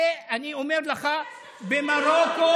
ואני אומר לך, במרוקו,